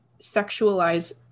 sexualize